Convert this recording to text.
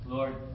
Lord